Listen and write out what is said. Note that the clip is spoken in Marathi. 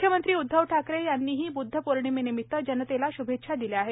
म्ख्यमंत्री उद्धव ठाकरे यांनी ब्द्ध पौर्णिमेनिमित जनतेला शुभेच्छा दिल्या आहेत